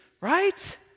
right